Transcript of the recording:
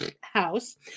house